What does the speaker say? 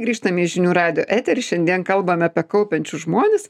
grįžtam į žinių radijo eterį šiandien kalbam apie kaupiančius žmones